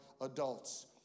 adults